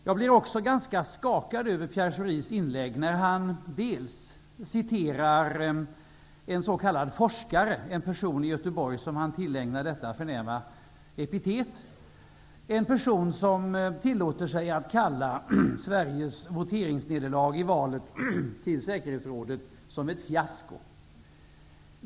Jag blev också ganska skakad över att Pierre Schori i sitt inlägg citerar en s.k. forskare -- en person i Göteborg som han tillägnar detta förnäma epitet -- som tillåter sig att kalla Sveriges voteringsnederlag i valet till säkerhetsrådet för ett fiasko.